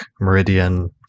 Meridian